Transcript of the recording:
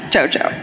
Jojo